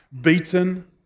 beaten